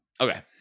okay